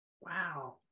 wow